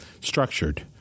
structured